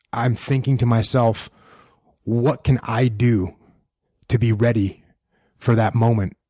i'm thinking to myself what can i do to be ready for that moment